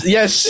Yes